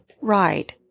right